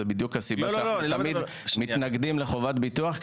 זאת בדיוק הסיבה שאנחנו תמיד מתנגדים לחובת ביטוח.